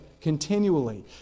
continually